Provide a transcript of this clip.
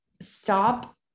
stop